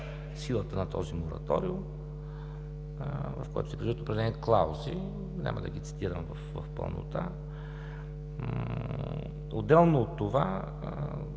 силата на този мораториум, в който се предвиждат определени клаузи. Няма да ги цитирам в пълнота. Отделно от това